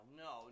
no